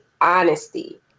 honesty